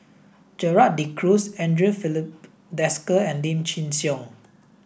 Gerald De Cruz Andre Filipe Desker and Lim Chin Siong